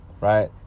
right